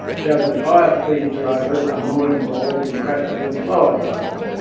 showed that higher speed drivers are more involved in crashes than slower drivers,